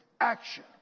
action